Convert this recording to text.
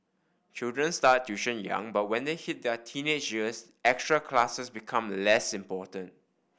children start tuition young but when they hit their teenage years extra classes become less important